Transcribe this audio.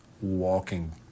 walking